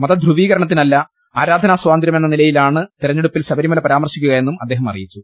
മത്ര്യുവീകരണത്തിനല്ല ആരാധനാ സ്വാതന്ത്ര്യമെന്ന നിലയിലാണ് തെരഞ്ഞെടുപ്പിൽ ശബരിമല പരാ മർശിക്കുക എന്നും അദ്ദേഹം അറിയിച്ചു